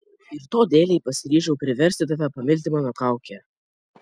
ir to dėlei pasiryžau priversti tave pamilti mano kaukę